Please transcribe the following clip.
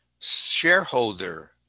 shareholder